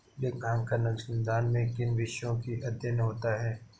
लेखांकन अनुसंधान में किन विषयों का अध्ययन होता है?